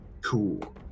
Cool